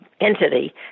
entity